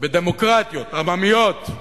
בדמוקרטיות עממיות,